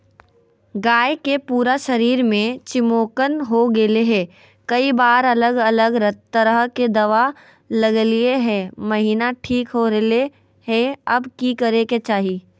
गाय के पूरा शरीर में चिमोकन हो गेलै है, कई बार अलग अलग तरह के दवा ल्गैलिए है महिना ठीक हो रहले है, अब की करे के चाही?